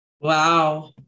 Wow